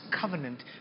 covenant